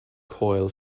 coil